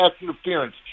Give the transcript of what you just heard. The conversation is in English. interference